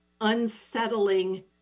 unsettling